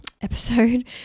episode